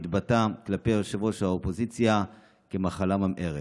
שהתבטא כלפי ראש האופוזיציה כמחלה ממארת.